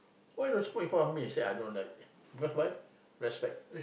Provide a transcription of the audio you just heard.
why don't smoke in front of me I say I don't like because why respect